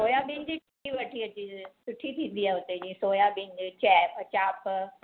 soybean जी टिकी वठी अचिजे सुठी थींदी आहे उते जीअं सोयाबीन जी चाप